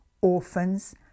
orphans